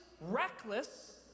reckless